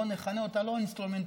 בוא נכנה אותה לא אינסטרומנטלית,